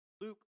Luke